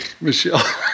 Michelle